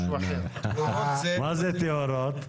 מה זה טהורות?